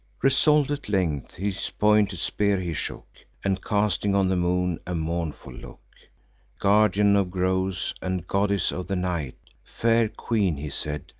resolv'd at length, his pointed spear he shook and, casting on the moon a mournful look guardian of groves, and goddess of the night, fair queen, he said,